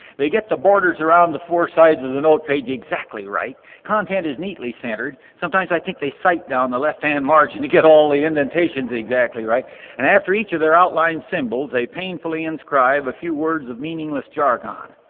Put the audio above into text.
they get the borders around the four sides of the note page exactly right, content is neatly centered, sometimes i think they cite down the left-hand margin to get all the indentations exactly right and after each of their outline symbols they painfully inscribe a few words of meaningless jargon.